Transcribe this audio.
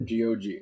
gog